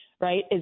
right